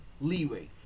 leeway